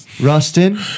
Rustin